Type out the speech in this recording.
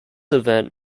event